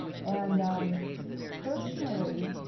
and personally,